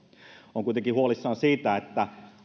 olen kuitenkin huolissani siitä että